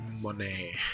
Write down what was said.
Money